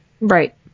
Right